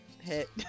hit